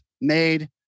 made